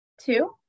Two